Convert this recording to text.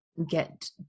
get